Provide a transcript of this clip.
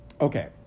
okay